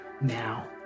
now